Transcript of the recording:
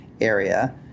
area